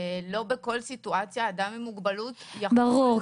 לא בכל סיטואציה אדם עם מוגבלות יכול --- ברור,